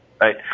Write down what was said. right